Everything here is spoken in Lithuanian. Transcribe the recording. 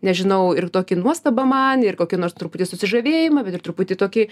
nežinau ir tokį nuostabą man ir kokia nors truputį susižavėjimą bet ir truputį tokį